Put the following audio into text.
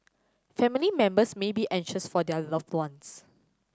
family members may be anxious for their loved ones